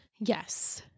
yes